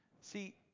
See